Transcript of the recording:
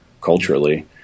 culturally